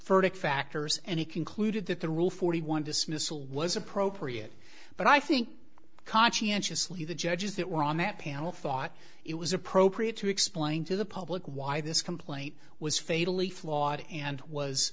furtak factors and he concluded that the rule forty one dismissal was appropriate but i think conscientiously the judges that were on that panel thought it was appropriate to explain to the public why this complaint was fatally flawed and was